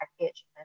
package